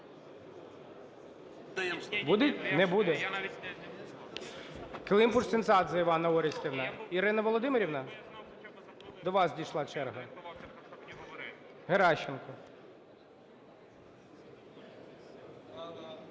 Не буде? Климпуш-Цинцадзе Іванна Орестівна. Ірина Володимирівна, до вас дійшла черга, Геращенко.